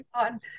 on